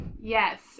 Yes